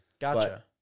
Gotcha